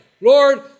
Lord